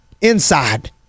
inside